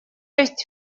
есть